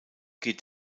geht